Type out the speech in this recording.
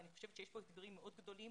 ואני חושבת שיש כאן אתגרים מאוד גדולים,